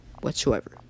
whatsoever